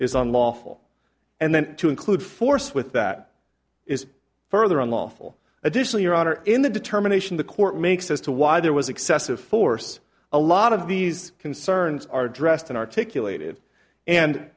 is unlawful and then to include force with that is further unlawful additionally your honor in the determination the court makes as to why there was excessive force a lot of these concerns are addressed and articulated and